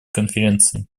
конференции